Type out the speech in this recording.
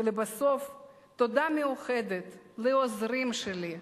ולבסוף, תודה מיוחדת לעוזרים שלי,